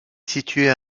située